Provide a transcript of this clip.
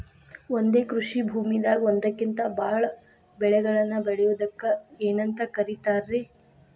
ಒಂದೇ ಕೃಷಿ ಭೂಮಿದಾಗ ಒಂದಕ್ಕಿಂತ ಭಾಳ ಬೆಳೆಗಳನ್ನ ಬೆಳೆಯುವುದಕ್ಕ ಏನಂತ ಕರಿತಾರೇ?